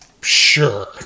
Sure